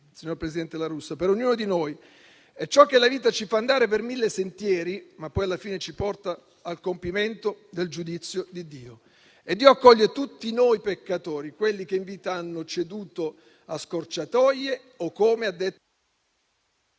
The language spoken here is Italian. vale per tutti, per ognuno di noi. La vita ci fa andare per mille sentieri, ma poi alla fine ci porta al compimento del giudizio di Dio. Dio accoglie tutti noi peccatori, quelli che in vita hanno ceduto a scorciatoie o, come ha detto...